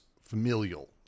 familial